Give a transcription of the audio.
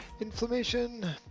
inflammation